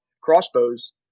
crossbows